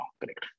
Correct